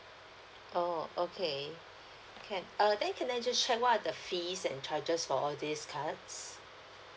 oh okay can err then can I just check what are the fees and charges for all these cards